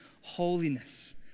holiness